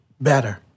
better